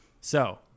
So-